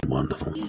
wonderful